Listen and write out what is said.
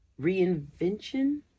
reinvention